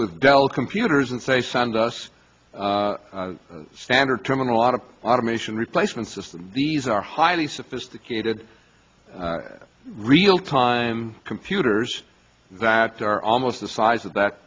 with dell computers and say send us standard terminal out of automation replacement system these are highly sophisticated real time computers that are almost the size of that